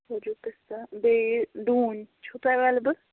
پِستہٕ بیٚیہِ ڈوٗنۍ چھُو تۄہہِ اٮ۪وٮ۪لیبٕل